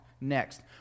next